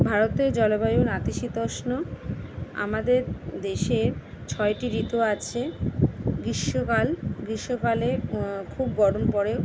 ভারতের জলবায়ু নাতিশীতোষ্ণ আমাদের দেশে ছয়টি ঋতু আছে গীষ্মকাল গীষ্মকালে খুব গরম পড়ে